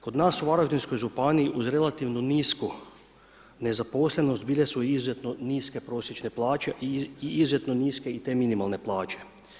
Kod nas u Varaždinskoj županiji uz relativno nisku nezaposlenost bile su i izuzetno niske prosječne plaće i izuzetno niske i te minimalne plaće.